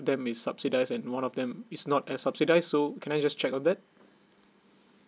them is subsidize and one of them is not as subsidize so can I just check on that